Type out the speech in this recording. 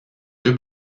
deux